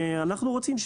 אנחנו רוצים,